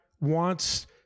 wants